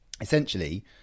essentially